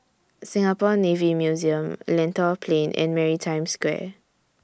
Singapore Navy Museum Lentor Plain and Maritime Square